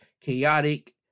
chaotic